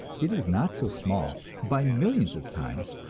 it is not so small, by millions of times,